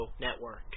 network